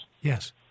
Yes